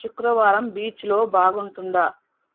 శుక్రవారం బీచ్లో బాగుంటుందా